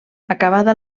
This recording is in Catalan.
acabada